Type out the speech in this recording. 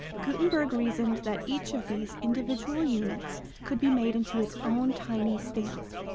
gutenberg reasoned that each of these individual units could be made into its own tiny stamp.